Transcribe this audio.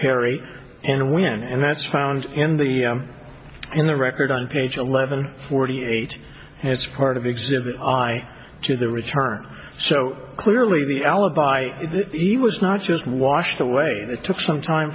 perry and when and that's found in the in the record on page eleven forty eight it's part of the exhibit eye to the return so clearly the alibi he was not just washed away that took some time